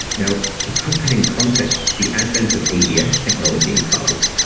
now, to put that in context. the advent of abs technology in cars,